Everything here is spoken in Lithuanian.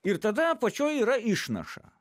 ir tada apačioj yra išnaša